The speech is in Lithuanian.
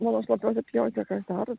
mano šlapiose pievose kas darosi